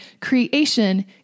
creation